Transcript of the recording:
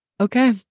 Okay